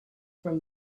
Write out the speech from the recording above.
from